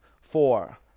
four